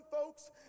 folks